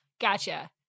Gotcha